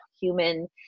human